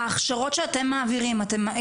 ההכשרות שאתם מעבירים,